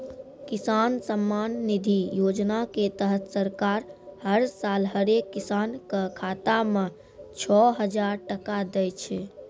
किसान सम्मान निधि योजना के तहत सरकार हर साल हरेक किसान कॅ खाता मॅ छो हजार टका दै छै